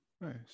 Nice